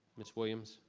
miss williams?